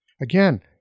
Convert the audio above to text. again